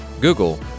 Google